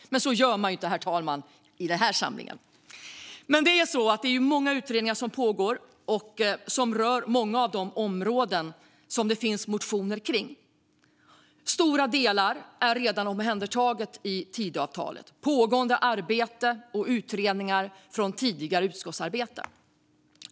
Men så gör man ju inte i den här församlingen. Många utredningar pågår som rör de områden det finns motioner kring. Stora delar är redan omhändertagna i och med Tidöavtalet, pågående arbete och utredningar från tidigare utskottsarbete.